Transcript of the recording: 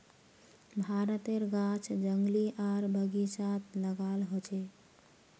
भारतेर गाछ जंगली आर बगिचात लगाल होचे